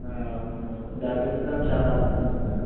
అవును సార్ దగ్గు చాలా వస్తుంది సార్